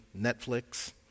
Netflix